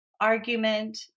argument